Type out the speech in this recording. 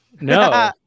No